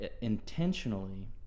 intentionally